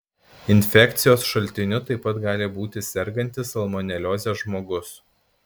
infekcijos šaltiniu taip pat gali būti sergantis salmonelioze žmogus